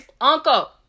Uncle